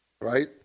right